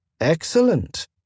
Excellent